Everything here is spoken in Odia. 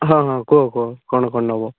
ହଁ ହଁ କୁହ କୁହ କ'ଣ କ'ଣ ନେବ